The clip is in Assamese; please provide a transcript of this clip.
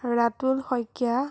ৰাতুল শইকীয়া